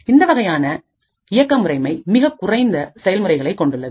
இந்த வகையான இயக்க முறைமை மிகக்குறைந்த செயல்முறைகளை கொண்டுள்ளது